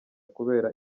kubera